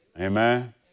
Amen